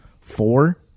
four